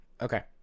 Okay